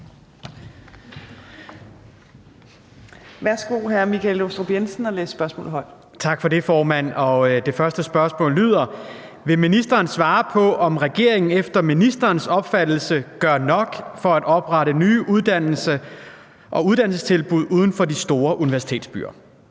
15:48 Michael Aastrup Jensen (V): Tak for det, formand. Det første spørgsmål lyder: Vil ministeren svare på, om regeringen efter ministerens opfattelse gør nok for at oprette nye uddannelser og uddannelsestilbud uden for de store universitetsbyer?